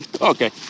Okay